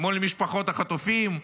מול משפחות החטופים,